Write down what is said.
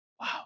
Wow